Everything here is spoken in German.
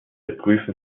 prüfen